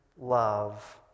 love